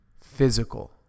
physical